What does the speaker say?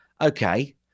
Okay